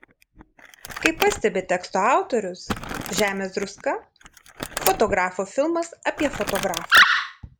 kaip pastebi teksto autorius žemės druska fotografo filmas apie fotografą